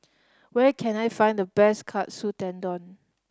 where can I find the best Katsu Tendon